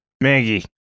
Maggie